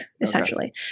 essentially